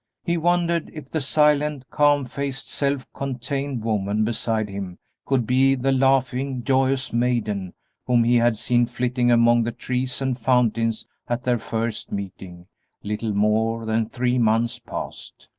he wondered if the silent, calm-faced, self-contained woman beside him could be the laughing, joyous maiden whom he had seen flitting among the trees and fountains at their first meeting little more than three months past.